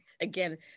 again